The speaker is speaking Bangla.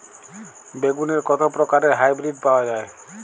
বেগুনের কত প্রকারের হাইব্রীড পাওয়া যায়?